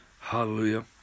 Hallelujah